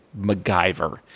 MacGyver